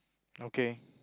okay